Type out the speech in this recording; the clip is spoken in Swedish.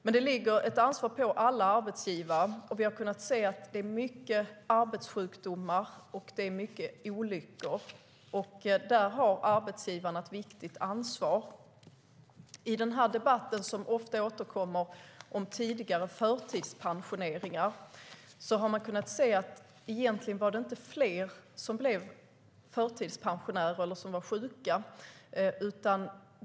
Men det ligger ett ansvar på alla arbetsgivare, och vi har kunnat se att det är mycket arbetssjukdomar och mycket olyckor. Där har arbetsgivarna ett viktigt ansvar. I den ofta återkommande debatten om tidigare förtidspensioneringar har man kunnat se att det egentligen inte var fler som blev förtidspensionärer eller som var sjuka.